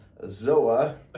ZOA